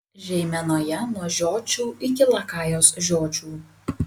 žeimenoje nuo žiočių iki lakajos žiočių